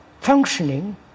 functioning